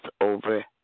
over